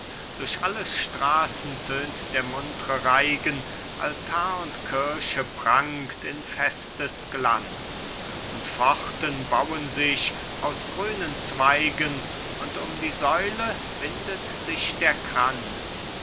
durch alle straßen tönt der muntre reigen altar und kirche prangt in festes glanz und pforten bauen sich aus grünen zweigen und um die säule windet sich der kranz